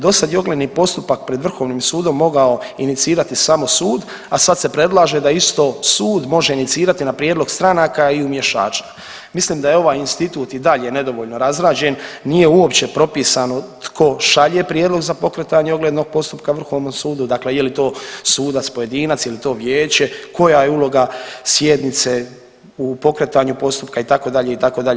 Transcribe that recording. Do sad je ogledni postupak pred Vrhovnim sudom mogao inicirati samo sud, a sad se predlaže da isto sud može inicirati na prijedlog stranaka i u … Mislim da je ovaj institut i dalje nedovoljno razrađen, nije uopće propisano tko šalje prijedlog za pokretanje oglednog postupka Vrhovnom sudu, dakle je li to sudac pojedinac, je li to vijeće, koja je uloga sjednice u pokretanju postupka itd. itd.